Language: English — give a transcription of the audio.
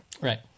right